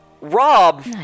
Rob